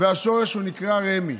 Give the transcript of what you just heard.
והשורש נקרא רמ"י.